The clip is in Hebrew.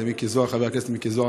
ולחבר הכנסת מיקי זוהר,